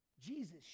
Jesus